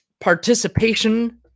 participation